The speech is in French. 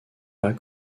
pas